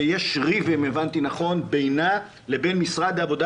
שיש ריב בינה לבין משרד העבודה,